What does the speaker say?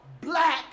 black